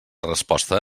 resposta